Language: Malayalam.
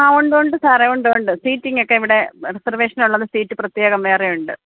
ആ ഒന്ന് ഉണ്ട് സാറേ ഒന്ന് ഉണ്ട് സീറ്റിങ്ങൊക്കെ ഇവിടെ റിസർവേഷനുള്ളത് സീറ്റ് പ്രത്യേകം വേറെയുണ്ട്